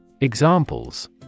Examples